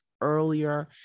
earlier